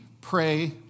pray